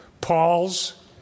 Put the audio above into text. Paul's